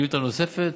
שאילתה נוספת?